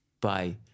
Bye